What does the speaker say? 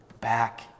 Back